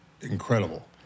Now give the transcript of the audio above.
incredible